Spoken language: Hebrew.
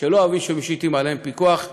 שלא אוהבים שמשיתים עליהם פיקוח,